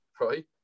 right